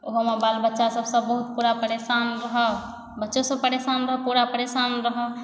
ओहोमे बाल बच्चा सब बहुत पुरा परेशान भऽ बच्चो सब पुरा परेशान भऽ परेशान रहै